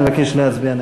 ומבקש להצביע נגד.